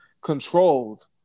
controlled